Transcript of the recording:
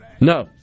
No